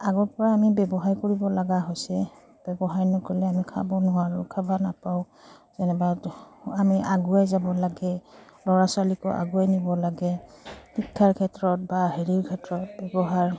আগৰ পৰা আমি ব্যৱসায় কৰিব লগা হৈছে ব্যৱসায় নকৰিলে আমি খাব নোৱাৰোঁ খাব নাপাওঁ যেনেবা আমি আগুৱাই যাব লাগে ল'ৰা ছোৱালীকো আগুৱাই নিব লাগে শিক্ষাৰ ক্ষেত্ৰত বা হেৰিৰ ক্ষেত্ৰত ব্যৱহাৰ